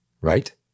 Right